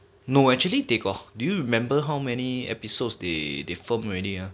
no actually they got do you remember how many episodes they film already ah